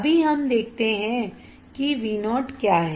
अभी हम देखते हैं कि Vo क्या है